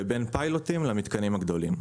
ובין פיילוטים למתקנים הגדולים.